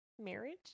Marriage